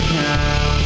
now